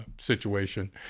situation